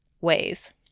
ways